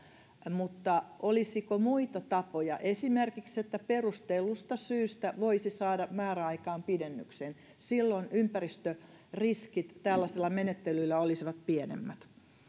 mutta olisiko muita tapoja esimerkiksi se että perustellusta syystä voisi saada määräaikaan pidennyksen silloin ympäristöriskit tällaisilla menettelyillä olisivat pienemmät